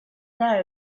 there